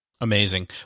Amazing